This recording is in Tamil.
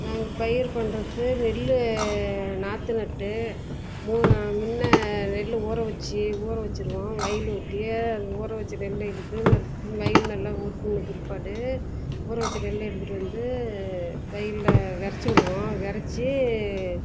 நாங்கள் பயிர் பண்ணுறதுக்கு நெல் நாற்று நட்டு மூ முன்னே நெல்லை ஊற வச்சி ஊற வச்சிருவோம் வயல் வெட்டி ஊற வச்ச நெல்லை எடுத்து ஒரு வெயில் நல்லா பிற்பாடு ஊற வச்ச நெல்லை எடுத்துட்டு வந்து வெயில்ல விறச்சி விடுவோம் விறச்சி